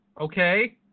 okay